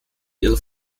ihre